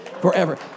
Forever